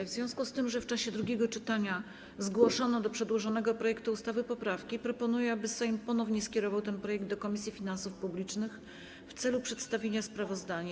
W związku z tym, że w czasie drugiego czytania zgłoszono do przedłożonego projektu ustawy poprawki, proponuję, aby Sejm ponownie skierował ten projekt do Komisji Finansów Publicznych w celu przedstawienia sprawozdania.